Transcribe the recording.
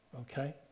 okay